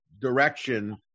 direction